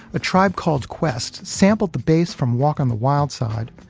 a tribe called quest sampled the base from walk on the wild side,